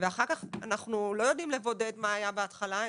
ואחר כך אנחנו לא יודעים לבודד מה היה בהתחלה,